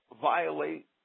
violate